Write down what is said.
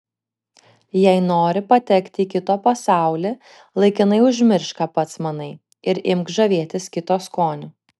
jei nori patekti į kito pasaulį laikinai užmiršk ką pats manai ir imk žavėtis kito skoniu